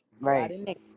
Right